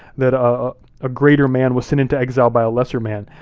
that ah a greater man was sent into exile by a lesser man.